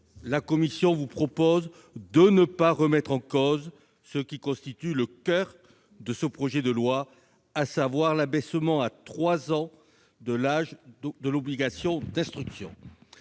la commission propose de ne pas remettre en cause ce qui constitue le coeur de ce projet de loi, à savoir l'abaissement à 3 ans de l'âge de l'instruction